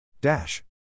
dash